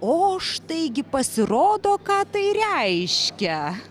o štai gi pasirodo ką tai reiškia